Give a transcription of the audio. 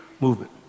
movement